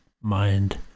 mind